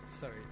Sorry